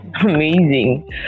amazing